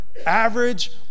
average